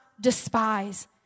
despise